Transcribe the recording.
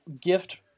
gift